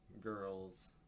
Girls